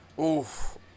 Oof